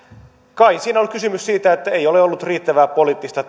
kai siinä on ollut kysymys siitä että ei ole ollut riittävää poliittista